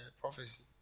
Prophecy